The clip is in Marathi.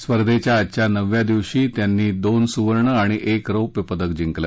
स्पर्धेच्या आजच्या नवव्या दिवशी त्यांनी दोन सुवर्ण आणि एक रौप्य पदक जिंकलं